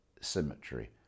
symmetry